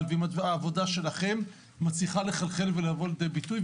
והעבודה שלכם מצליחה לחלחל ולבוא לידי ביטוי.